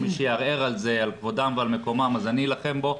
מי שיערער על כבודם ועל מקומם אני אלחם בו.